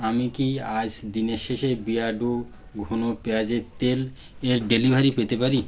আমি কি আজ দিনের শেষে বিয়ার্ডো ঘন পেঁয়াজের তেল এর ডেলিভারি পেতে পারি